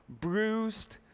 bruised